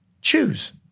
choose